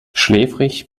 schläfrig